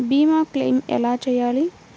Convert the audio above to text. భీమ క్లెయిం ఎలా చేయాలి?